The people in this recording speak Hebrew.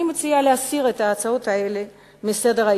אני מציעה להסיר את הצעות האי-אמון האלה מסדר-היום,